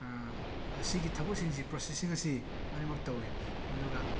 ꯑꯁꯤꯒꯤ ꯊꯕꯛꯁꯤꯡꯁꯤ ꯄ꯭ꯔꯣꯁꯦꯁꯤꯡ ꯑꯁꯤ ꯂꯣꯏꯅꯃꯛ ꯇꯧꯏ ꯑꯗꯨꯒ